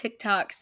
TikToks